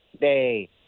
day